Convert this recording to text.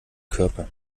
körper